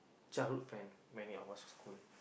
childhood friend mainly I was school